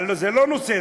אבל זה לא נושא,